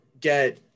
get